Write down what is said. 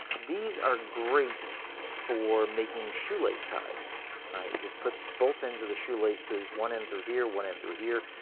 these are great for making shoelace ties. you just put both ends of the shoelaces, one in through here, one in through here,